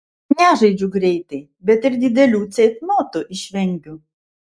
nežaidžiu greitai bet ir didelių ceitnotų išvengiu